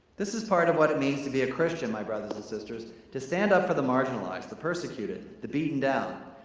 this is part of what it means to be a christian, my brothers and sisters. to stand up for the marginalized, the persecuted, the beaten down.